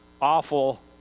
awful